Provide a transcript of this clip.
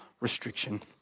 Restriction